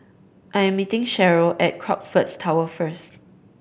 I am meeting Sharyl at Crockfords Tower first